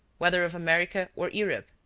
whether of america or europe,